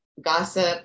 gossip